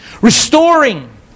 Restoring